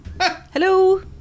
Hello